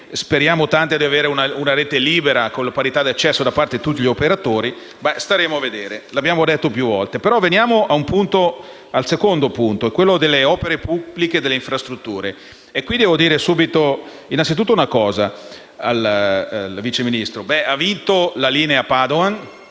speriamo tanto di avere, ossia una rete libera con la parità di accesso da parte di tutti gli operatori. Staremo a vedere, come abbiamo detto più volte. Veniamo al secondo punto, quello delle opere pubbliche e delle infrastrutture. Devo dire innanzitutto una cosa al vice Ministro; ha vinto la linea Padoan,